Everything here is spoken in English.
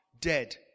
dead